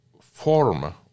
form